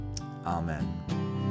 Amen